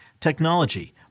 technology